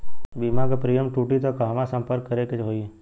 बीमा क प्रीमियम टूटी त कहवा सम्पर्क करें के होई?